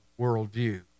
worldview